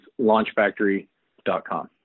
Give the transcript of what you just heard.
launchfactory.com